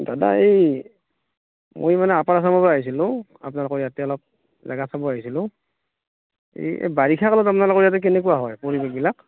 দাদা এই মই মানে আপাৰ আছামৰপৰা আহিছিলোঁ আপনালোকৰ ইয়াতে অলপ জেগা চাব আহিছিলোঁ এই বাৰিষা কালত আপনালোকৰ ইয়াত কেনেকুৱা হয় পৰিৱেশবিলাক